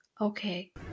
Okay